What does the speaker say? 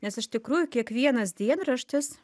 nes iš tikrųjų kiekvienas dienraštis